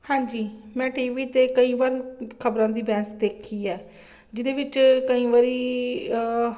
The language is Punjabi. ਹਾਂਜੀ ਮੈਂ ਟੀ ਵੀ 'ਤੇ ਕਈ ਵਾਰ ਖਬਰਾਂ ਦੀ ਬਹਿਸ ਦੇਖੀ ਆ ਜਿਹਦੇ ਵਿੱਚ ਕਈ ਵਾਰੀ